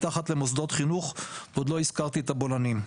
מתחת למוסדות חינוך ועוד לא הזכרתי את הבולענים.